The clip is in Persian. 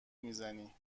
میزنی